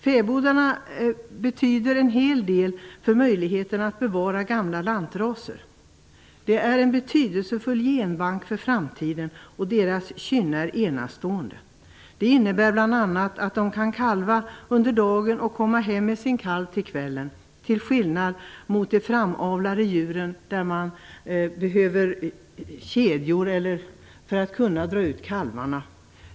Fäbodarna betyder en hel del för möjligheten att bevara gamla lantraser. Det är en betydelsefull genbank för framtiden, och deras kynne är enastående. Det innebär bl.a. att de kan kalva under dagen och komma hem med sin kalv på kvällen, till skillnad mot de framavlade djuren där det behövs kedjor för att kalvarna skall kunna dras fram.